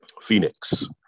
Phoenix